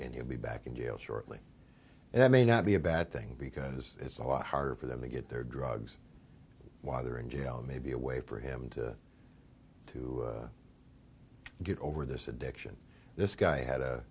and he'll be back in jail shortly and that may not be a bad thing because it's a lot harder for them to get their drugs while they're in jail maybe a way for him to to get over this addiction this guy had